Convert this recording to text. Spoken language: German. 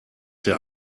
der